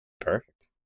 Perfect